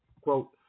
Quote